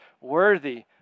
worthy